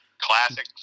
classic